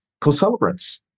co-celebrants